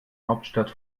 hauptstadt